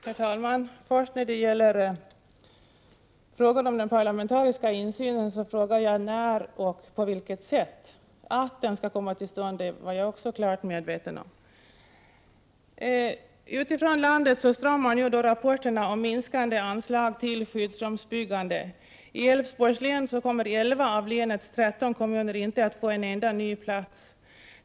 Herr talman! Först vill jag säga att när det gäller den parlamentariska insynen så frågade jag när och på vilket sätt den skall komma till stånd — att den skall komma till stånd var jag klart medveten om. Utifrån landet strömmar nu rapporterna in om minskande anslag till skyddsrumsbyggande. I Älvsborgs län kommer elva av länets tretton kommuner inte att få en enda ny plats.